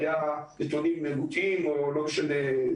שהיה נתונים מוטעים או לא משנה.